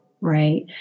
right